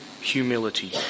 humility